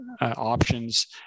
options